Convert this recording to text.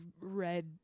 read